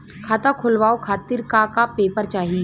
खाता खोलवाव खातिर का का पेपर चाही?